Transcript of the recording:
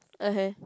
okay